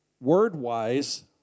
word-wise